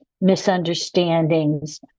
misunderstandings